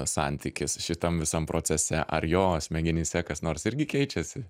santykis šitam visam procese ar jo smegenyse kas nors irgi keičiasi